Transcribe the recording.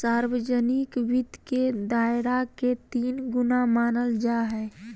सार्वजनिक वित्त के दायरा के तीन गुना मानल जाय हइ